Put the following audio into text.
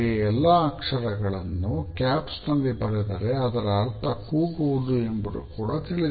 emoticons ನಲ್ಲಿ ಬರೆದರೆ ಅದರ ಅರ್ಥ ಕೂಗುವುದು ಎಂಬುದು ಕೂಡ ತಿಳಿದಿದೆ